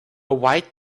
white